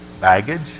baggage